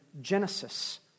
Genesis